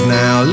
now